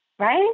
Right